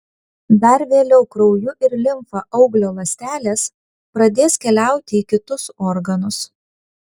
dar vėliau krauju ir limfa auglio ląstelės pradės keliauti į kitus organus